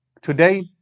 today